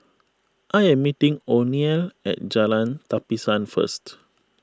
I am meeting oneal at Jalan Tapisan first